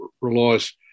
relies